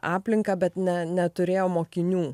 aplinka bet ne neturėjo mokinių